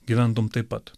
gyventum taip pat